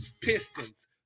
pistons